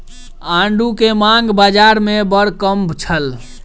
आड़ू के मांग बाज़ार में बड़ कम छल